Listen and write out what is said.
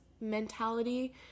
mentality